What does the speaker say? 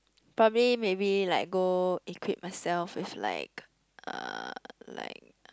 probably maybe like go equip myself with like uh like